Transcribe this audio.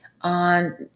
on